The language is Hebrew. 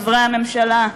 חברי הממשלה?